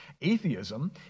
atheism